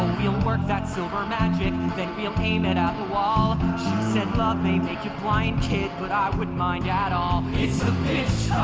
we'll work that silver magic, then we'll aim it at the wall. she said, love may make you blind, kid but, i wouldn't mind at all. it's the bitch